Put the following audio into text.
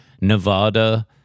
Nevada